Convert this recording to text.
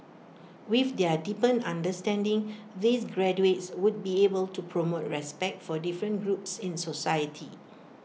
with their deepened understanding these graduates would be able to promote respect for different groups in society